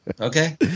Okay